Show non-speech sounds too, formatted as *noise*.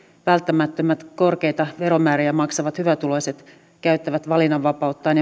välttämättömät korkeita veromääriä maksavat hyvätuloiset käyttävät valinnanvapauttaan *unintelligible*